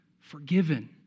forgiven